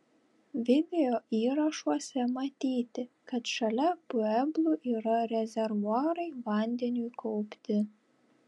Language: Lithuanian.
videoįrašuose matyti kad šalia pueblų yra rezervuarai vandeniui kaupti